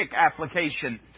application